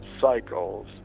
cycles